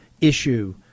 issue